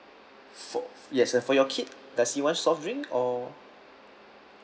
for yes sir for your kids does he want soft drink or